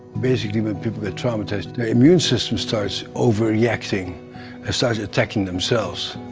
basically, when people got traumatized, their immune system starts overreacting and starts attacking themselves.